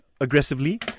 aggressively